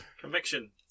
Conviction